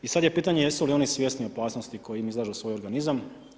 I sad je pitanje jesu li oni svjesni opasnosti kojoj izlažu svoj organizam.